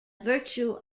virtue